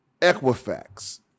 Equifax